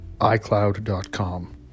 iCloud.com